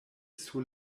sur